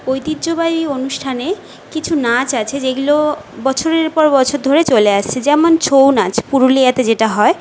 ঐতিহ্যবাহী অনুষ্ঠানে কিছু নাচ আছে যেগুলো বছরের পর বছর ধরে চলে আসছে যেমন ছৌ নাচ পুরুলিয়াতে যেটা হয়